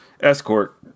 escort